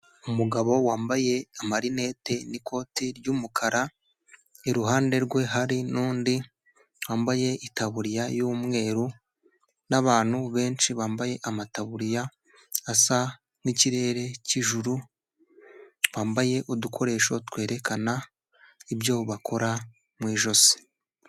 Umugabo wambaye amarinete n'ikote ry'umukara, iruhande rwe hari n'undi wambaye itaburiya y'umweru n'abantu benshi bambaye amataburiya asa nk'ikirere cy'ijuru, bambaye udukoresho twerekana ibyo bakora mu ijosi.